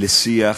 לשיח